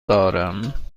دارم